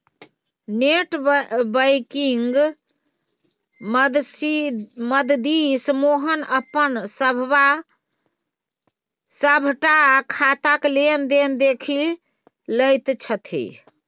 net बैंकिंगक मददिसँ मोहन अपन सभटा खाताक लेन देन देखि लैत छथि